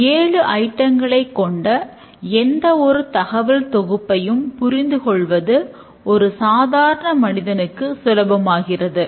இது control flow model காண்பிக்கிறது